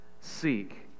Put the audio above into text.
seek